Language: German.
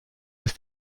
ist